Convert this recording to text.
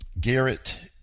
Garrett